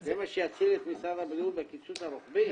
זה מה שיציל את משרד הבריאות, הקיצוץ הרוחבי?